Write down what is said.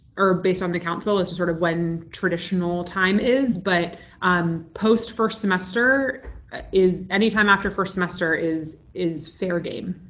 or based on the council as to sort of when traditional time is, but um post first semester is anytime after first semester is is fair game.